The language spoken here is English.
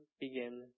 begin